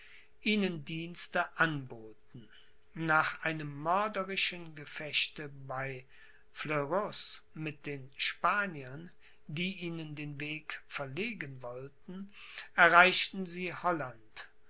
ihnen dienste anboten nach einem mörderischen gefechte bei fleurus mit den spaniern die ihnen den weg verlegen wollten erreichten sie holland